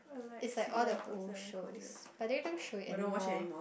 it's like all the old shows but they don't show it anymore